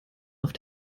auf